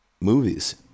movies